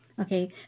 Okay